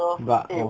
but 我